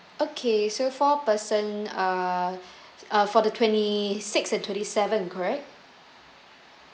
okay so four person uh uh for the twenty-sixth and twenty-seventh correct